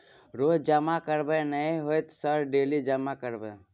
रोज जमा करबे नए होते सर डेली जमा करैबै?